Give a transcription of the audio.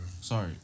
Sorry